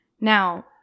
Now